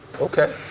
Okay